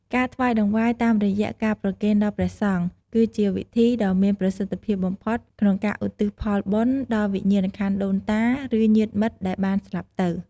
ការថ្វាយតង្វាយតាមរយៈការប្រគេនដល់ព្រះសង្ឃ គឺជាវិធីដ៏មានប្រសិទ្ធភាពបំផុតក្នុងការឧទ្ទិសផលបុណ្យ ដល់វិញ្ញាណក្ខន្ធដូនតា ឬញាតិមិត្តដែលបានស្លាប់ទៅ។